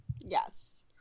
Yes